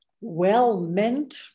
well-meant